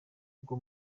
bwo